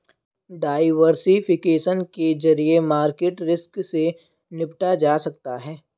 diversification के जरिए market risk से निपटा जा सकता है